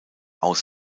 aus